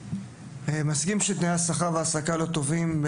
אני מסכים שתנאי השכר וההעסקה לא טובים,